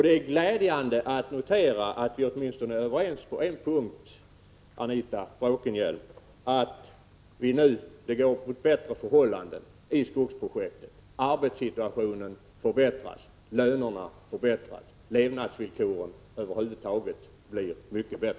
Det är glädjande att notera att vi åtminstone är överens på en punkt, Anita Bråkenhielm, att det nu går mot bättre förhållanden i skogsprojektet, att arbetssituationen och lönerna förbättras och att levnadsvillkoren över huvud taget blir mycket bättre.